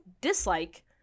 dislike